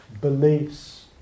beliefs